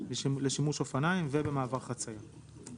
לשימוש אופניים ובמעבר חציה.